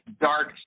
dark